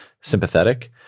sympathetic